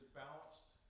balanced